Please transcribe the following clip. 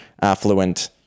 affluent